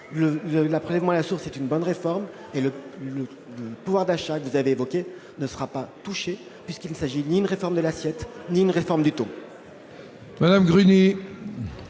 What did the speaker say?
Le prélèvement à la source est une bonne réforme, et le pouvoir d'achat, que vous avez évoqué, ne sera pas touché puisqu'il ne s'agit ni d'une réforme de l'assiette, ni d'une réforme du taux